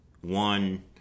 one